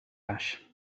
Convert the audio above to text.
ash